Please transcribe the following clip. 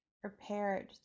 prepared